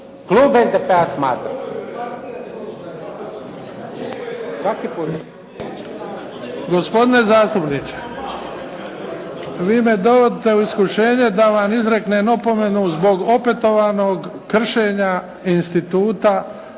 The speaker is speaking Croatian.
Klub SDP-a smatra.